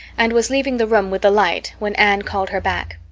and was leaving the room with the light when anne called her back.